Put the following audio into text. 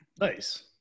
Nice